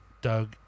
Doug